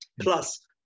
Plus